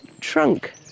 trunk